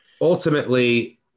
Ultimately